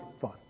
fun